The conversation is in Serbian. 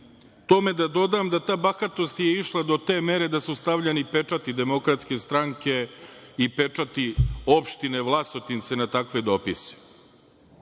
tome da dodam da je ta bahatost išla do te mere da su stavljani pečati Demokratske stranke i pečati opštine Vlasotince na takve dopise.